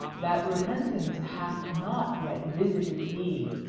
that repentance hath not yet visited thee.